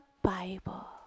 Bible